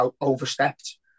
overstepped